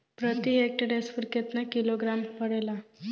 प्रति हेक्टेयर स्फूर केतना किलोग्राम पड़ेला?